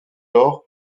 lors